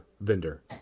vendor